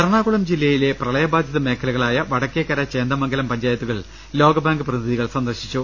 എറണാകുളം ജില്ലയിലെ പ്രളയബാധിത് മേഖലകളായ വടക്കേ ക്കര ചേന്ദമംഗലം പഞ്ചായത്തുകൾ ലോകബാങ്ക് പ്രതിനിധികൾ സന്ദർശിച്ചു